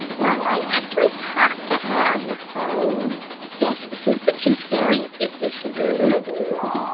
well, i actually talked to her on the phone yes, this is the tooth fairy. is this lulu?